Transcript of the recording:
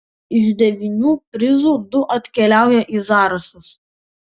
iš devynių prizų du atkeliauja į zarasus